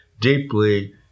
deeply